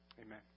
Amen